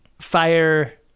fire